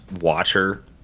Watcher